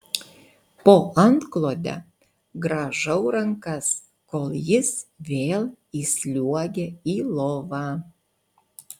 po antklode grąžau rankas kol jis vėl įsliuogia į lovą